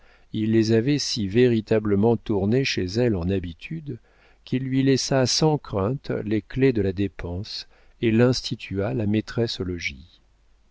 il les avait si véritablement tournées chez elle en habitudes qu'il lui laissa sans crainte les clefs de la dépense et l'institua la maîtresse au logis